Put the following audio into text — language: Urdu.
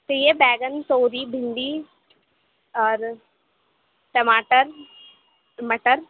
تو یہ بیگن توری بھنڈی اور ٹماٹر مٹر